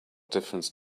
difference